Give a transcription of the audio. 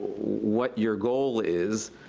what your goal is,